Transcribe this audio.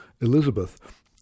Elizabeth